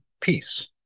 peace